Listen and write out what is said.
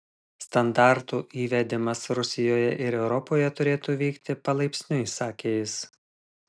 standartų įvedimas rusijoje ir europoje turėtų vykti palaipsniui sakė jis